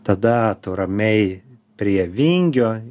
tada tu ramiai prie vingio